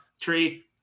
tree